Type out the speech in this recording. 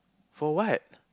for what